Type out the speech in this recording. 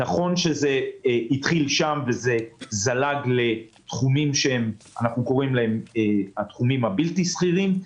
נכון שזה התחיל שם וזלג לתחומים שהם בלתי סחירים,